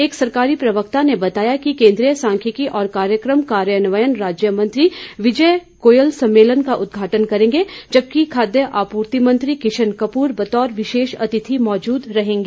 एक सरकारी प्रवक्ता ने बताया कि केंद्रीय सांख्यिकी और कार्यकम कार्यान्वयन राज्य मंत्री विजय गोयल सम्मेलन का उदघाटन करेंगे जबकि खाद्य आपूर्ति मंत्री किशन कपूर बतौर विशेष अतिथि मौजूद रहेंगे